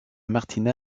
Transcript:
martina